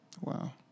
Wow